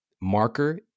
marker